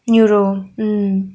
neuro mm